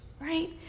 right